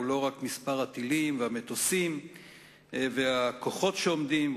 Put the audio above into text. הוא לא רק מספר הטילים והמטוסים והכוחות שעומדים,